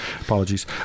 Apologies